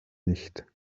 nicht